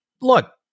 look